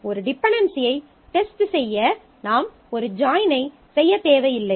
ஒரு டிபென்டென்சியைச் டெஸ்ட் செய்ய நாம் ஒரு ஜாயினைச் செய்யத் தேவையில்லை